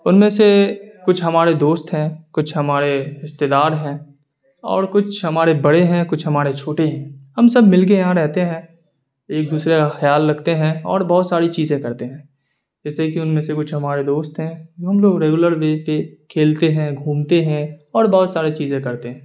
ان میں سے کچھ ہمارے دوست ہیں کچھ ہمارے رشتے دار ہیں اور کچھ ہمارے بڑے ہیں کچھ ہمارے چھوٹے ہیں ہم سب مل کے یہاں رہتے ہیں ایک دوسرے کا خیال رکھتے ہیں اور بہت ساری چیزیں کرتے ہیں جیسے کہ ان میں سے کچھ ہمارے دوست ہیں ہم لوگ ریگولر وے پہ کھیلتے ہیں گھومتے ہیں اور بہت سارے چیزیں کرتے ہیں